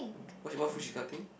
what food she cutting